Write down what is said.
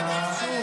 עשיתם פרומיל.